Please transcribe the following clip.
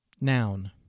Noun